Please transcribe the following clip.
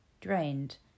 drained